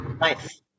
Nice